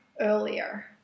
earlier